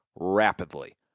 rapidly